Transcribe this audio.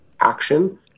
action